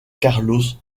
carlos